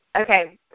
Okay